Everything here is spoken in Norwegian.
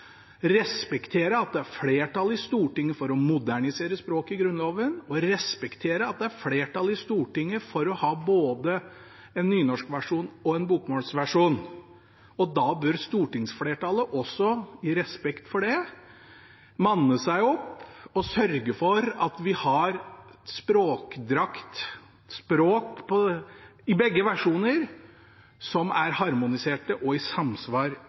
respektere at det er flertall i Stortinget for å modernisere språket i Grunnloven, og respektere at det er flertall i Stortinget for å ha både en nynorskversjon og en bokmålsversjon. Da bør stortingsflertallet også, i respekt for det, manne seg opp og sørge for at vi har en språkdrakt som gjør at begge versjoner er harmonisert og samsvarer med hverandre. I